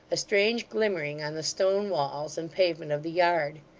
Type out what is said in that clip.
a strange glimmering on the stone walls and pavement of the yard.